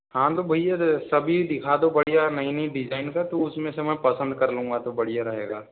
हाँ तो भई यार सभी दिखा दो बढ़िया नई नई डिज़ाइन का तो उसमें से मैं पसंद कर लूंगा तो बढ़िया रहेगा